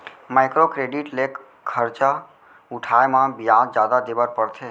micro credit ले खरजा उठाए म बियाज जादा देबर परथे